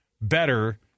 better